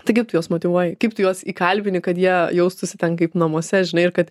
tai kaip tu juos motyvuoji kaip tu juos įkalbini kad jie jaustųsi ten kaip namuose žinai ir kad